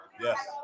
yes